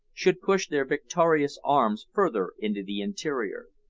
should push their victorious arms farther into the interior.